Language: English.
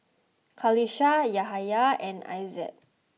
Qalisha Yahaya and Aizat